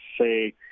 say